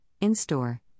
in-store